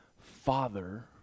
Father